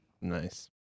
Nice